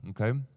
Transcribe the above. okay